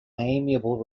amiable